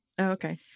okay